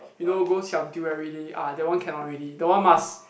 you know go siam-diu every day ah that one cannot already that one must